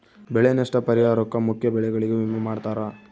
ಬೆಳೆ ನಷ್ಟ ಪರಿಹಾರುಕ್ಕ ಮುಖ್ಯ ಬೆಳೆಗಳಿಗೆ ವಿಮೆ ಮಾಡ್ತಾರ